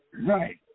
Right